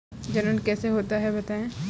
जनन कैसे होता है बताएँ?